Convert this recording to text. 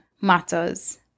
matters